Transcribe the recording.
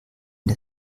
der